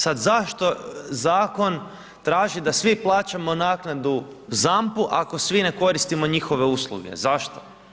Sad zašto zakon traži da svi plaćamo naknadu ZAMP-u ako svi ne koristimo njihove usluge, zašto?